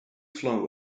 flow